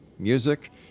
music